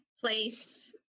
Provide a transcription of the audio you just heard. place